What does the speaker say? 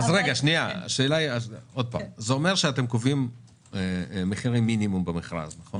זה אומר שאתם קובעים מחירי מינימום במכרז, נכון?